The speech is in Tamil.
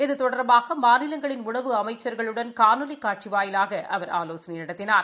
இது தொடர்பாக மாநிலங்களின் உணவு அமைச்சர்களுடன் காணொலி காட்சி வாயிலாக அவர் ஆலோசனை நடத்தினார்